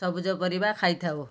ସବୁଜ ପରିବା ଖାଇଥାଉ